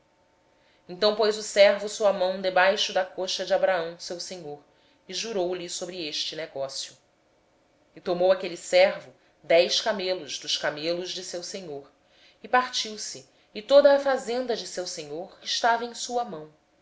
então pôs o servo a sua mão debaixo da coxa de abraão seu senhor e jurou lhe sobre este negócio tomou pois o servo dez dos camelos do seu senhor porquanto todos os bens de seu senhor estavam em sua mão